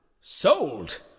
Sold